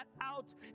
out